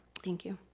thank you.